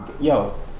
yo